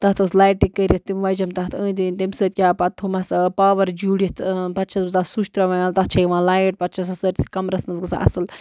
تَتھ ٲسۍ لایِٹہٕ کٔرِتھ تِم وَجَم تَتھ أنٛدۍ أنٛدۍ تَمہِ سۭتۍ کیٛاہ پَتہٕ تھومَس پاوَر جوٗڈِتھ پَتہٕ چھَس بہٕ تَتھ سُچ ترٛاوان یَلہٕ تَتھ چھےٚ یِوان لایِٹ پَتہٕ چھَسَس سٲرۍسی کَمرَس منٛز گژھان اصٕل